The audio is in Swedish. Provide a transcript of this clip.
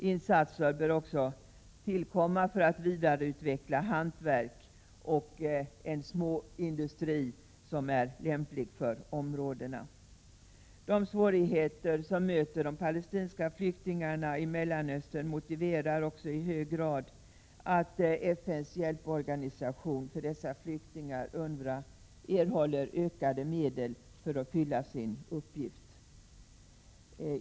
Insatser bör också göras för att vidareutveckla hantverk och en småindustri som är lämplig för områdena. De svårigheter som möter de palestinska flyktingarna i Mellanöstern motiverar också i hög grad att FN:s hjälporgan för dessa flyktingar, UNRWA, erhåller ökade medel för att fullgöra sin uppgift.